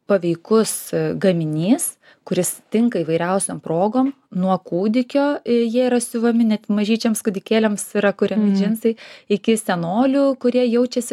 paveikus gaminys kuris tinka įvairiausiom progom nuo kūdikio jie yra siuvami net mažyčiams kūdikėliams yra kuriami džinsai iki senolių kurie jaučiasi